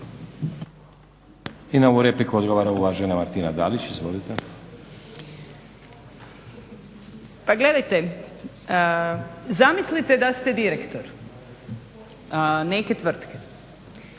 I na ovu repliku odgovara uvažena Martina Dalić. Izvolite. **Dalić, Martina (HDZ)** Pa gledajte, zamislite da ste direktor neke tvrtke